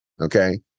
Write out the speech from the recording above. Okay